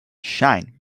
shine